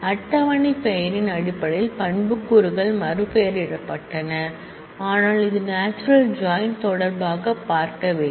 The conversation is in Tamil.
டேபிள் பெயரின் அடிப்படையில் ஆட்ரிபூட்ஸ் கள் மறுபெயரிடப்பட்டன ஆனால் இது நாச்சுரல் ஜாயின் தொடர்பாக பார்க்கவில்லை